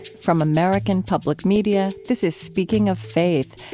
from american public media, this is speaking of faith,